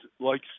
likes